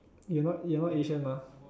you're not you're not Asian mah